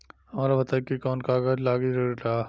हमरा बताई कि कौन कागज लागी ऋण ला?